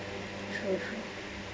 true true